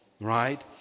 Right